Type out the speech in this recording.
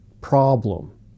problem